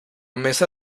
mesa